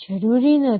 જરુરી નથી